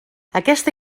aquesta